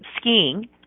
skiing